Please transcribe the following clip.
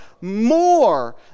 more